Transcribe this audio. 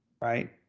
right